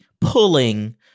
pulling